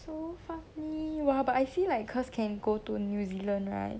so funny !wah! but I feel like cause can go to new zealand right